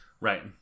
Right